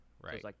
Right